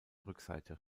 rückseite